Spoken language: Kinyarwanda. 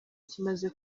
kimaze